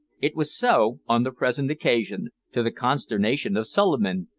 it was so on the present occasion, to the consternation of suliman,